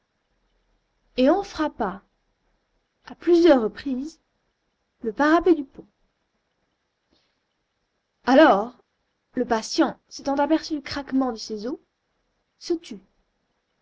et en frappa à plusieurs reprises le parapet du pont alors le patient s'étant aperçu du craquement de ses os se tut